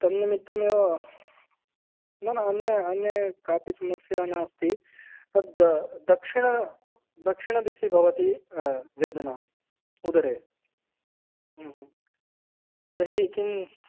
तन्निमित्तमेव न न अन्या अन्या कापि समस्या नास्ति तद् दक्षिण दक्षिणदिशि भवति वेदना उदरे तर्हि किम्